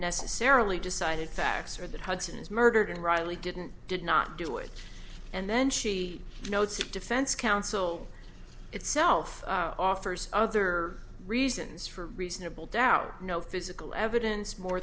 necessarily decided facts are that hudson's murdered and riley didn't did not do it and then she notes that defense counsel itself offers other reasons for reasonable doubt no physical evidence more